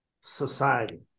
society